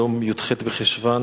היום י"ח בחשוון,